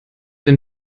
den